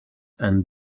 and